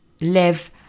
live